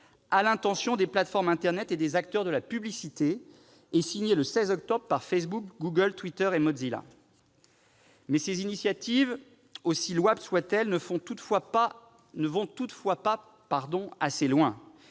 à l'intention des plateformes internet et des acteurs de la publicité et signé le 16 octobre par Facebook, Google, Twitter et Mozilla. Ces initiatives, si louables soient-elles, ne vont toutefois pas assez loin.